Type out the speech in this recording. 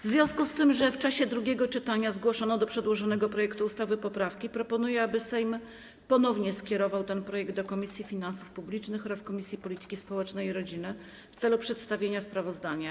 W związku z tym, że w czasie drugiego czytania zgłoszono do przedłożonego projektu ustawy poprawki, proponuję, aby Sejm ponownie skierował ten projekt do Komisji Finansów Publicznych oraz Komisji Polityki Społecznej i Rodziny w celu przedstawienia sprawozdania.